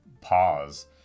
pause